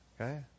Okay